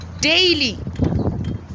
daily